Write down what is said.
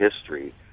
history